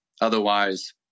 otherwise